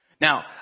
Now